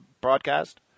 broadcast